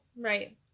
Right